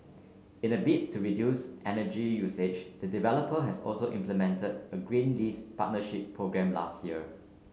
in a bid to reduce energy usage the developer has also implemented a green lease partnership programme last year